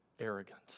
arrogance